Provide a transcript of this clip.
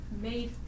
made